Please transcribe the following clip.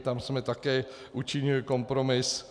Tam jsme také učinili kompromis.